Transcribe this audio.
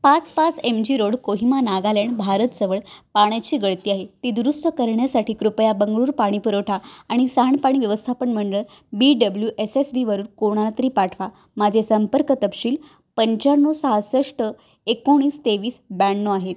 पाच पाच M G road Kohima Nagaland भारतजवळ पाण्याची गळती आहे ती दुरुस्त करण्यासाठी कृपया बंगळुरू पाणी पुरवठा आणि सांडपाणी व्यवस्थापन मंडळ बी डब्ल्यू एस एस बीवरून कोणालातरी पाठवा माझे संपर्क तपशील पंच्याण्णव सहासष्ट एकोणीस तेवीस ब्याण्णव आहेत